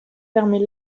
permet